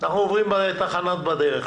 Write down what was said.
אנחנו עוברים תחנות בדרך.